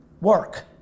Work